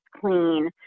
clean